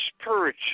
spirit